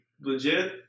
legit